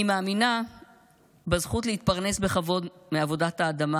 אני מאמינה בזכות להתפרנס בכבוד מעבודת האדמה